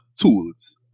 tools